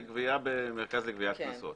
לגבייה במרכז לגביית קנסות.